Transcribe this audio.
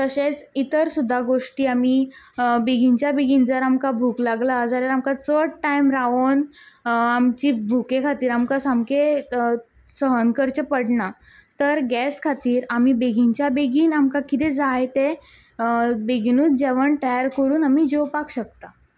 तशेंच इतर सुद्दां गोश्टी आमी बेगीनच्या बेगीन जर आमकां भूक लागला जाल्यार आमकां चड टायम रावोन आमचे भुके खातीर आमकां सामके सहन करचें पडना तर गैस खातीर आमी बेगीनच्या बेगीन आमकां किदें जाय तें बेगीनूच जेवण तयार करून आमी जेवपाक शकतात